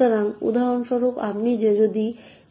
সুতরাং উদাহরণস্বরূপ আপনি যদি